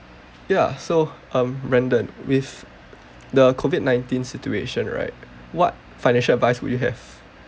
ya so um brandon with the COVID nineteen situation right what financial advice would you have